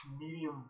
Medium